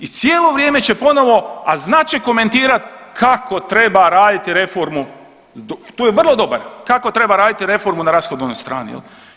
I cijelo vrijeme će ponovo, a znat će komentirati kako treba raditi reformu, tu je vrlo dobar, kako treba raditi reformu na rashodovnoj strani jel.